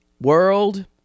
World